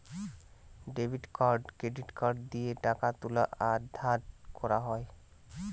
debit card credit card দিয়ে টাকা তুলা আর ধার করা যায়